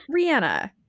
Rihanna